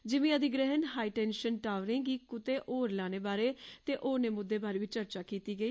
जिमी अधिग्रहण हाई औँशन टावरें गी कुतै होर लाने बारे ते होरने मुद्दें बारे बी चर्चा कीती गेई